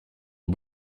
aux